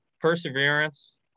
perseverance